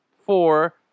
four